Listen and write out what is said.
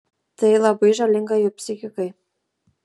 tai labai žalinga jų psichikai